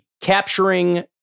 capturing